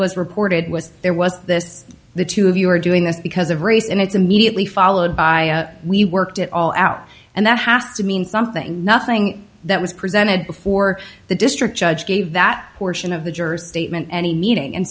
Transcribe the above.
was reported was there was this the two of you are doing this because of race and it's immediately followed by we worked it all out and that has to mean something nothing that was presented before the district judge gave that portion of the jurors statement any meeting and